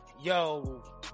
yo